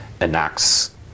enacts